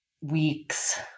weeks